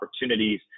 opportunities